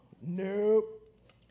Nope